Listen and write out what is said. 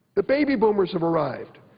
the baby boomers have arrived.